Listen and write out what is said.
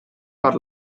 per